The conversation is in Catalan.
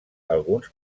alguns